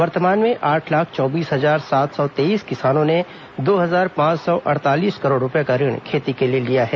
वर्तमान में आठ लाख चौबीस हजार सात सौ तेईस किसानों ने दो हजार पांच सौ अड़तालीस करोड़ रूपये का ऋण खेती के लिए लिया है